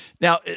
Now